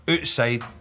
Outside